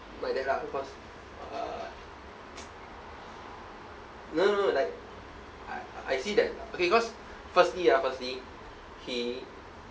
like that lah because uh no no no like I I see that okay cause firstly ah firstly he